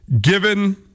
given